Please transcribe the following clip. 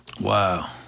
Wow